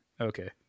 Okay